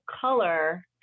color